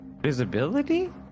Visibility